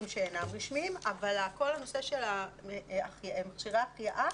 שאינם רשמיים אבל כל הנושא של מכשירי החייאה